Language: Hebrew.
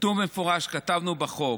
כתוב במפורש, כתבנו בחוק: